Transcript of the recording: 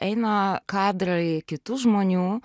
eina kadrai kitų žmonių